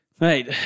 Mate